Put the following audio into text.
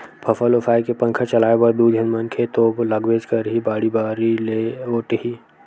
फसल ओसाए के पंखा चलाए बर दू झन मनखे तो लागबेच करही, बाड़ी बारी ले ओटही